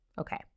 Okay